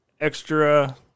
extra